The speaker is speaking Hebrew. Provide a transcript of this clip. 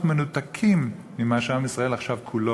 נראה שאנחנו מנותקים ממה שעם ישראל כולו